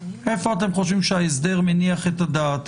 איפה אתם חושבים שההסדר מניח את הדעת,